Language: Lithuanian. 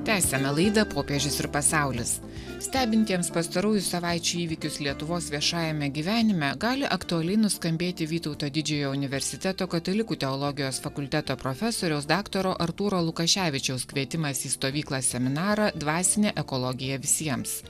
tęsiame laidą popiežius ir pasaulis stebintiems pastarųjų savaičių įvykius lietuvos viešajame gyvenime gali aktualiai nuskambėti vytauto didžiojo universiteto katalikų teologijos fakulteto profesoriaus daktaro artūro lukaševičiaus kvietimas į stovyklą seminarą dvasinė ekologija visiems